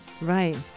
right